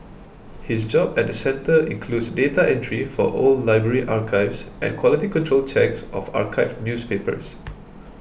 his job at the centre includes data entry for old library archives and quality control checks of archived newspapers